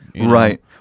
right